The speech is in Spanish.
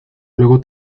luego